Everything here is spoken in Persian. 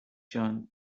جان